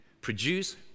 produce